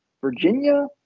Virginia